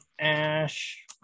Ash